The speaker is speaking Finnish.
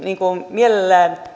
mielellään